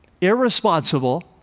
irresponsible